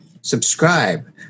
subscribe